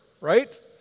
right